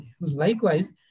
likewise